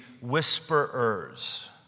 whisperers